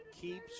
keeps